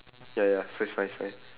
ya ya it's fine it's fine